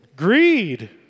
Greed